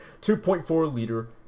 2.4-liter